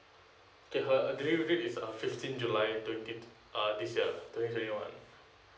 okay her delivery date is uh fifteen july twenty uh this year twenty twenty one